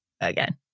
again